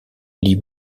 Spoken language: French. lit